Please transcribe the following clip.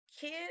kids